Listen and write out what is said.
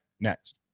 next